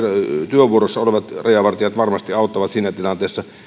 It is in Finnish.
työvuorossa olevat rajavartijat varmasti auttavat siinä tilanteessa